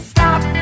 Stop